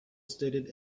stated